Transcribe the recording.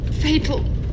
Fatal